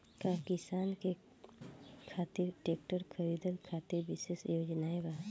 का किसानन के खातिर ट्रैक्टर खरीदे खातिर विशेष योजनाएं बा?